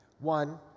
One